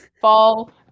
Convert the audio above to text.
Fall